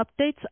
updates